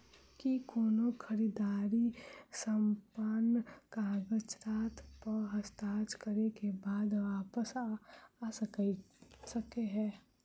की कोनो खरीददारी समापन कागजात प हस्ताक्षर करे केँ बाद वापस आ सकै है?